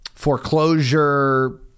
foreclosure